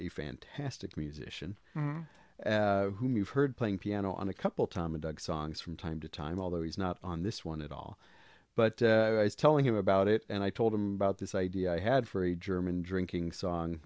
a fantastic musician whom you've heard playing piano on a couple tom and doug songs from time to time although he's not on this one at all but he's telling him about it and i told him about this idea i had for a german drinking song